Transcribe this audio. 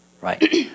Right